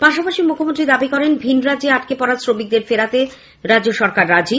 পাশাপাশি মুখ্যমন্ত্রী দাবি করেন ভিনরাজ্যে আটকে পড়া শ্রমিকদের ফেরাতে রাজ্য সরকার রাজি